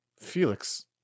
Felix